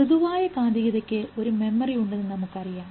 മൃദുവായ കാന്തികതക്ക് ഒരു മെമ്മറി ഉണ്ടെന്ന് നമുക്കറിയാം